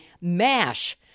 MASH